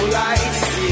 lights